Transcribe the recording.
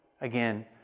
Again